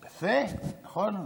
יפה, נכון?